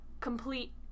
complete